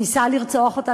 ניסה לרצוח אותה,